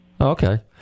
okay